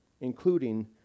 including